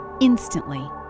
instantly